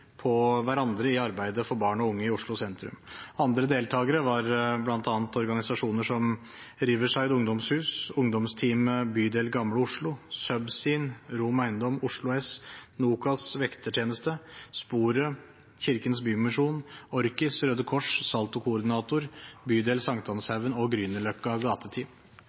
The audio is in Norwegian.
på hverandre i arbeidet for barn og unge i Oslo sentrum. Andre deltakere var bl.a. organisasjoner som Riverside ungdomshus, Ungdomsteam bydel Gamle Oslo, SubScene, Rom Eiendom, Oslo S, Nokas vektertjenester, Sporet – Kirkens Bymisjon, ORKIS, Røde Kors, SaLTo koordinator, bydel St. Hanshaugen og Grünerløkka gateteam.